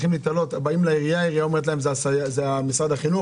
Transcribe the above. שבאים לעירייה, אומרים לה: זה משרד החינוך.